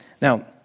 Now